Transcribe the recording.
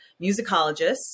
musicologists